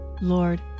Lord